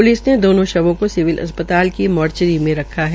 police ने दोनों शवों को सिविल अस्पताल की मौचारी में रखा है